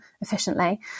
efficiently